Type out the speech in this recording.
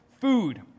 food